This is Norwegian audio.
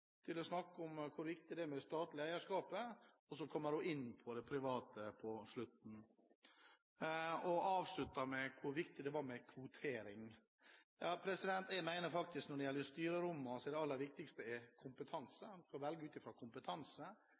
til å snakke om hvor viktig det er med det statlige eierskapet, og så kommer hun inn på det private på slutten. Og hun avsluttet med hvor viktig det var med kvotering. Jeg mener at når det gjelder styrerommene, er kompetanse det aller viktigste. Man skal velge ut fra kompetanse.